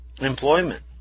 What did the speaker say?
Employment